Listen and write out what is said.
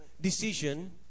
decision